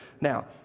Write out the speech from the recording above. Now